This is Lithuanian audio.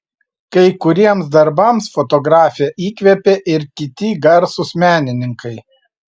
kai kuriems darbams fotografę įkvėpė ir kiti garsūs menininkai